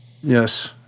yes